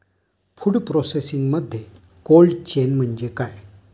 Food प्रोसेसिंगमध्ये cold chain म्हणजे काय?